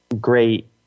great